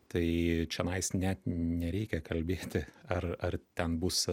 tai čenais net nereikia kalbėti ar ar ten bus